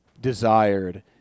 desired